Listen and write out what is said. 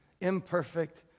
imperfect